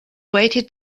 weighted